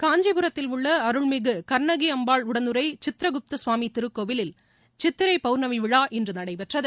காஞ்சிபுரத்தில் உள்ள அருள்மிகு கர்ணகி அம்பாள் உடனுறை சித்திரகுப்த சுவாமி திருக்கோவிலில் சித்திரை பௌணர்மி விழா இன்று நடைபெற்றது